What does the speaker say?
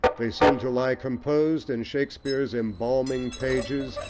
they seem to lie composed in shakespeare's embalming pages,